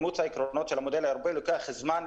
אימוץ העקרונות של המודל האירופאי לוקח זמן.